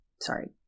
sorry